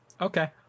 Okay